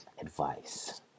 advice